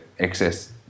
excess